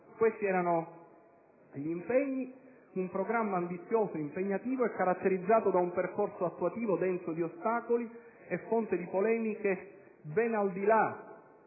Questi erano gli impegni di un programma ambizioso, impegnativo e caratterizzato da un percorso attuativo denso di ostacoli e fonte di polemiche, ben al di là del legittimo